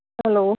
hello